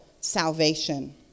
salvation